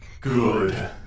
Good